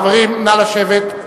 חברים, נא לשבת.